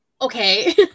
okay